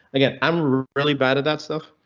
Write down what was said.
again, i'm really bad at that stuff,